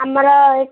ଆମର